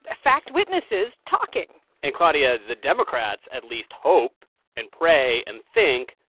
ah fact witnesses, talking and, claudia, the democrats, at least, hope and pray and think.